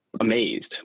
amazed